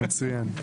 מצוין.